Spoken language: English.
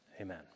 Amen